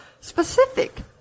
specific